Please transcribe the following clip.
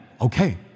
Okay